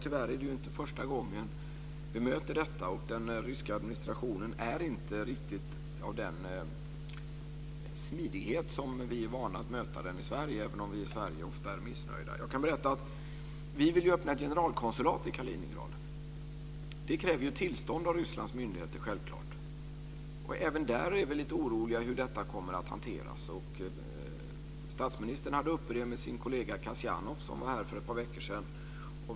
Tyvärr är det inte första gången som vi möter detta. Den ryska administrationen har inte riktigt den smidighet som vi är vana att möta i Sverige, även om vi i Sverige ofta är missnöjda. Jag kan berätta att vi vill öppna ett generalkonsulat i Kaliningrad. Det kräver självfallet tillstånd av Rysslands myndigheter. Även där är vi lite oroliga för hur det hela kommer att hanteras. Statsministern hade detta uppe med sin kollega Kasianov, som var här för ett par veckor sedan.